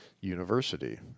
university